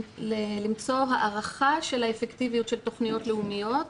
למצוא הערכה של האפקטיביות של תכניות לאומיות.